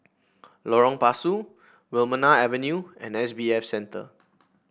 Lorong Pasu Wilmonar Avenue and S B F Center